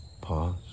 pause